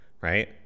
right